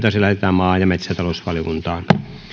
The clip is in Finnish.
asia lähetetään maa ja metsätalousvaliokuntaan